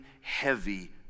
heavy